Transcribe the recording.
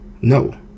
no